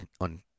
on